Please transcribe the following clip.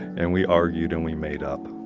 and we argued and we made up.